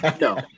no